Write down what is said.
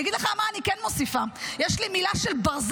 אני אגיד לך מה אני כן מוסיפה: יש לי מילה של ברזל,